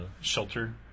shelter